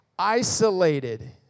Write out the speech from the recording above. Isolated